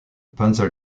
panzer